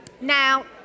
Now